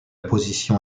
position